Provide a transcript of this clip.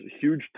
huge